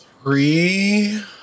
Three